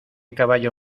caballo